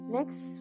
Next